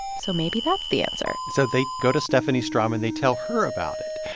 so maybe that's the answer so they go to stephanie strom and they tell her about it.